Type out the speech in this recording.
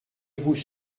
vous